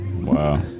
Wow